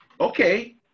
Okay